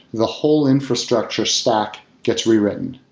the whole infrastructure stack gets rewritten,